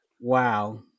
wow